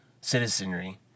citizenry